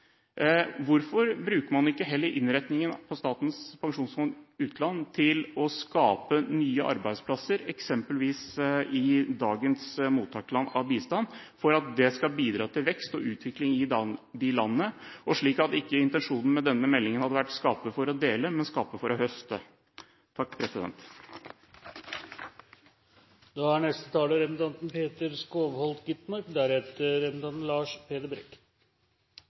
Hvorfor bruker man ikke heller innretningen på Statens pensjonsfond utland til å skape nye arbeidsplasser, eksempelvis i dagens mottakerland av bistand, for at det skal bidra til vekst og utvikling i de landene, og slik at ikke intensjonen med denne meldingen hadde vært å skape for å dele, men å skape for å høste?